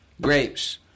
Grapes